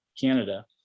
Canada